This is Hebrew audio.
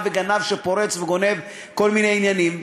וגנב שפורץ וגונב כל מיני עניינים.